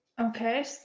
Okay